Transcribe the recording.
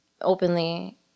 openly